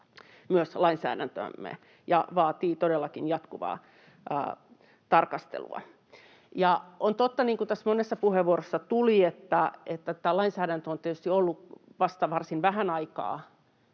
myös lainsäädäntöämme ja vaatii todellakin jatkuvaa tarkastelua. Ja on totta, niin kuin monessa puheenvuorossa tuli esiin, että tämä lainsäädäntö on tietysti ollut vasta varsin vähän aikaa